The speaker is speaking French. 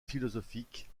philosophique